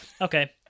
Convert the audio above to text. Okay